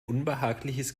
unbehagliches